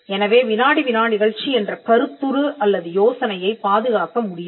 எனவே வினாடி வினா நிகழ்ச்சி என்ற கருத்துரு அல்லது யோசனையைப் பாதுகாக்க முடியாது